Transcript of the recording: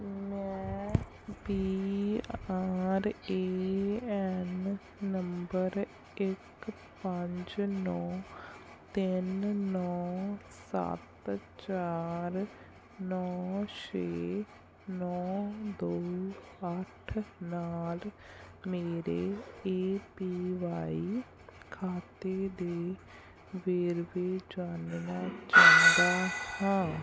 ਮੈਂ P R A N number ਇੱਕ ਪੰਜ ਨੌ ਤਿੰਨ ਨੌ ਸੱਤ ਚਾਰ ਨੌ ਛੇ ਨੌ ਦੋ ਅੱਠ ਨਾਲ ਮੇਰੇ ਏ ਪੀ ਵਾਈ ਖਾਤੇ ਦੇ ਵੇਰਵੇ ਜਾਣਨਾ ਚਾਹੁੰਦਾ ਹਾਂ